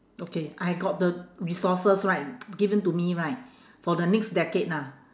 okay I got the resources right given to me right for the next decade ah